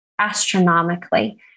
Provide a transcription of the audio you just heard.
astronomically